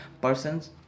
person's